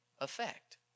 effect